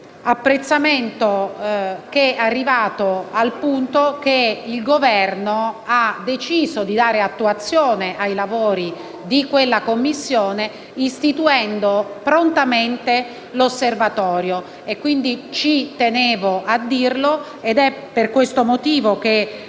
apprezzamento arrivato al punto che il Governo ha deciso di dare attuazione ai lavori di quella Commissione, istituendo prontamente l'Osservatorio. Ci tenevo a dirlo ed è per questo motivo che